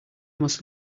must